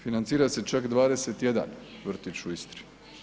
Financira se čak 21 vrtić u Istri.